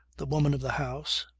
the woman of the house,